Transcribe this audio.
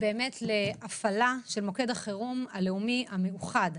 להפעלה של מוקד החירום הלאומי המאוחד.